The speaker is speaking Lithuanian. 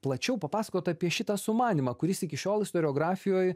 plačiau papasakot apie šitą sumanymą kuris iki šiol istoriografijoj